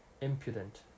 impudent